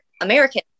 American